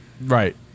right